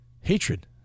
hatred